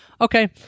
okay